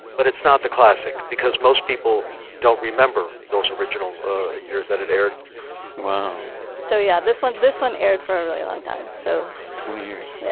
but it's not the classic, because most people don't remember those original years that it aired wow so yeah, this one this one aired for a really long time, so, twenty years yeah.